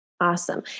Awesome